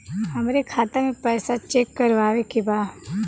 हमरे खाता मे पैसा चेक करवावे के बा?